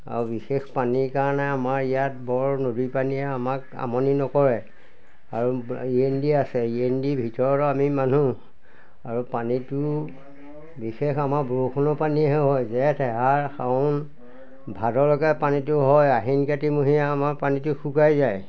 আৰু বিশেষ পানীৰ কাৰণে আমাৰ ইয়াত বৰ নদী পানীয়ে আমাক আমনি নকৰে আৰু ই এন ডি আছে ই এন ডিৰ ভিতৰৰ আমি মানুহ আৰু পানীটো বিশেষ আমাৰ বৰষুণৰ পানীহে হয় জেঠ আহাৰ শাওণ ভাদেলৈকে পানীটো হয় আহিন কাতিমহীয়া আমাৰ পানীটো শুকাই যায়